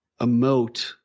emote